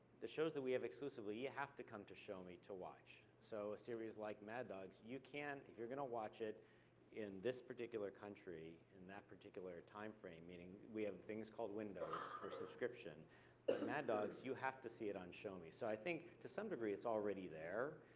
the shows that we have exclusively, you have to come to shomi to watch, so a series like mad dogs, you can, if you're gonna watch it in this particular country, in that particular time frame, meaning we have things called windows for subscription, with mad dogs, you have to see it on shomi, so i think to some degree, it's already there.